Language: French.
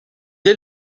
est